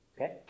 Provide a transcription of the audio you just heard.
Okay